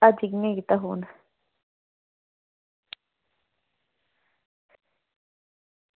अज्ज कि'यां कीता फोन